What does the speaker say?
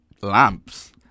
lamps